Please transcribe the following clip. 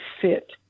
fit